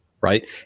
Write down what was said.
right